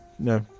No